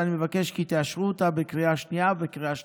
ואני מבקש כי תאשרו אותה בקריאה השנייה ובקריאה השלישית.